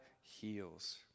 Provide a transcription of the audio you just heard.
heals